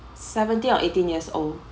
seventeen or eighteen years old